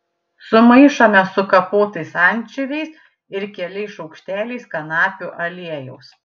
sumaišome su kapotais ančiuviais ir keliais šaukšteliais kanapių aliejaus